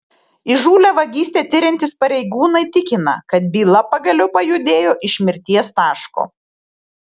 įžūlią vagystę tiriantys pareigūnai tikina kad byla pagaliau pajudėjo iš mirties taško